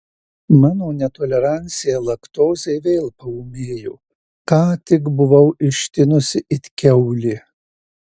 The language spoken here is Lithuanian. mano netolerancija laktozei vėl paūmėjo ką tik buvau ištinusi it kiaulė